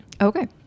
Okay